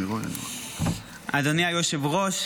אדוני היושב-ראש,